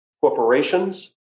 corporations